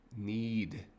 need